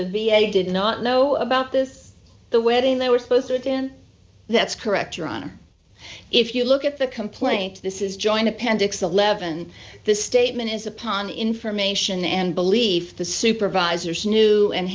the v a did not know about this the wedding they were supposed to have been that's correct your honor if you look at the complaint this is joint appendix eleven the statement is upon information and belief the supervisors knew and